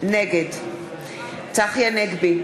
נגד צחי הנגבי,